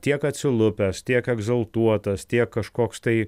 tiek atsilupęs tiek egzaltuotas tiek kažkoks tai